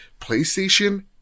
PlayStation